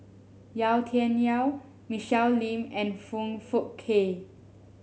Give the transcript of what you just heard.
Yau Tian Yau Michelle Lim and Foong Fook Kay